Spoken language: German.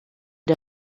der